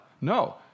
No